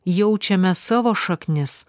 jaučiame savo šaknis